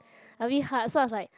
a bit hard so I was like